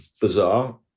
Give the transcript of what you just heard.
bizarre